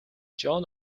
john